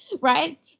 Right